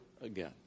again